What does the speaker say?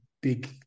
big